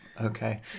Okay